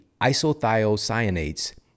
isothiocyanates